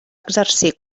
exercir